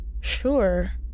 Sure